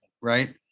Right